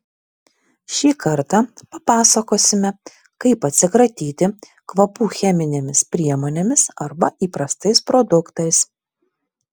šį kartą papasakosime kaip atsikratyti kvapų cheminėmis priemonėmis arba įprastais produktais